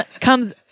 comes